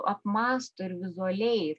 apmąsto ir vizualiai